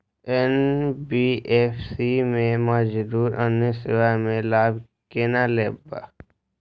NBFC में मौजूद अन्य सेवा के लाभ केना लैब?